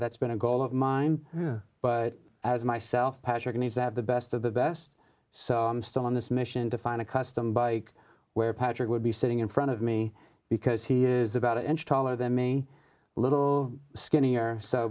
that's been a goal of mine but as myself patrick needs to have the best of the best so i'm still on this mission to find a custom bike where patrick would be so in front of me because he is about an inch taller than me a little skinny or so